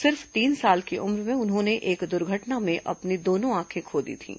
सिर्फ तीन साल की उम्र में उन्होंने एक दुर्घटना में अपनी दोनों आंखें खो दी थीं